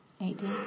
Eighteen